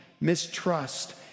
mistrust